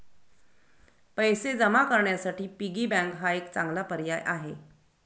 पैसे जमा करण्यासाठी पिगी बँक हा एक चांगला पर्याय आहे